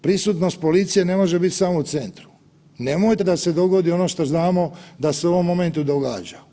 Prisutnost policije ne može biti samo u centru, nemojte da se dogodi ono što znamo da se u ovom momentu događa.